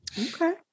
Okay